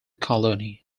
colony